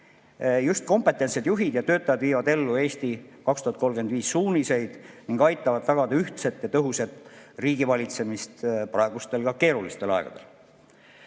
Just kompetentsed juhid ja töötajad viivad ellu "Eesti 2035" suuniseid ning aitavad tagada ühtset ja tõhusat riigivalitsemist praegustel keerulistel aegadel.